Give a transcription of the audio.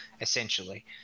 essentially